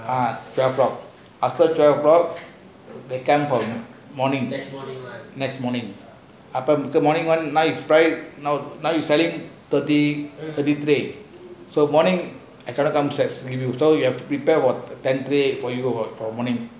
ah twleve o'clock after twelve o'clock next morning after morning one night fried now you sell it thirty thirty trade so morning I cannot come inside to see you so you have to prepare what template whatever you want